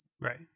Right